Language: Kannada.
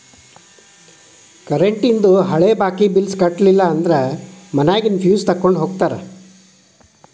ಕರೆಂಟೇಂದು ಹಳೆ ಬಾಕಿ ಬಿಲ್ಸ್ ಕಟ್ಟಲಿಲ್ಲ ಅಂದ್ರ ಮನ್ಯಾಗಿನ್ ಫ್ಯೂಸ್ ತೊಕ್ಕೊಂಡ್ ಹೋಗ್ತಾರಾ